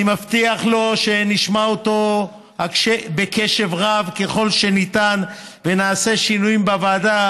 ואני מבטיח לו שנשמע אותו בקשב רב ככל שניתן ונעשה שינויים בוועדה,